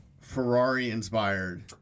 Ferrari-inspired